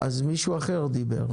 מישהו אחר דיבר.